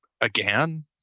again